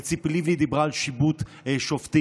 וציפי לבני דיברה על שיבוט שופטים,